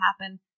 happen